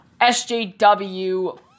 SJW